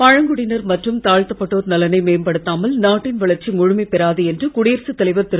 பழங்குடியினர் மற்றும் தாழ்த்தப்பட்டோர் நலனை மேம்படுத்தாமல் நாட்டின் வளர்ச்சி முழுமை பெறாது என்று குடியரசுத் தலைவர் திரு